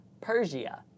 Persia